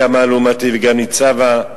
קמה אלומתי וגם ניצבה.